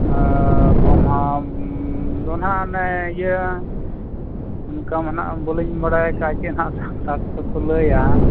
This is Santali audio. ᱜᱳᱢᱦᱟ ᱫᱚ ᱦᱟᱸᱜ ᱚᱱᱮ ᱤᱭᱟᱹ ᱚᱱᱠᱟ ᱢᱟᱦᱟᱸᱜ ᱵᱟᱹᱞᱤᱧ ᱵᱟᱰᱟᱭ ᱠᱟᱜᱼᱟ ᱪᱮᱫ ᱦᱟᱸᱜ ᱠᱚ ᱞᱟᱹᱭᱟ